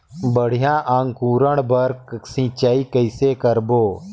बढ़िया अंकुरण बर सिंचाई कइसे करबो?